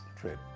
trip